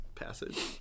passage